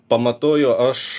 pamatuoju aš